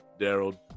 Daryl